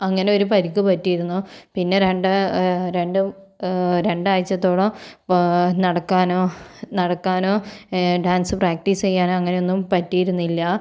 അങ്ങനെ ഒരു പരിക്കു പറ്റിയിരുന്നു പിന്നെ രണ്ട് രണ്ടും രണ്ടാഴ്ചത്തോളം നടക്കാനോ നടക്കാനോ ഡാൻസ് പ്രാക്ടീസ് ചെയ്യാനോ അങ്ങനെ ഒന്നും പറ്റിയിരുന്നില്ല